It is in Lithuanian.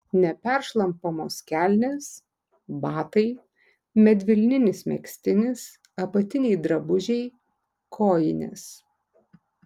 neperšlampamos kelnės batai medvilninis megztinis apatiniai drabužiai kojinės